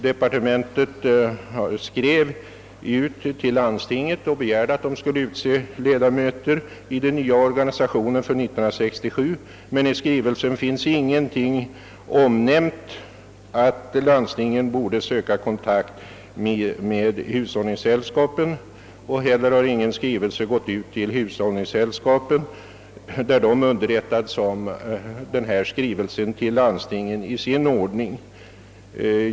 Departementet skrev till landstingen och begärde att de för 1967 skulle utse ledamöter i den nya organisationen, men det omnämnes inte i skrivelsen att landstingen borde söka kontakt med hushållningssällskapen, och det har inte heller sänts någon skrivelse till hushållningssällskapen med underrättelse om skrivelsen till landstingen.